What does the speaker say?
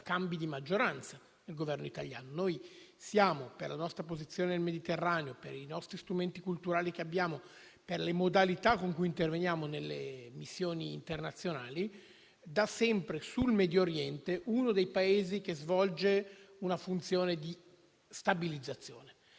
cambi di maggioranza, dal Governo italiano. Per la nostra posizione nel Mediterraneo, per i nostri strumenti culturali, per le modalità con cui interveniamo da sempre nelle missioni internazionali, noi siamo, sul Medioriente, uno dei Paesi che svolge una funzione di stabilizzazione.